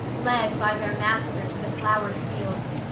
led by their master to the flow'red fields,